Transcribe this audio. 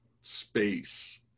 space